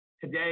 today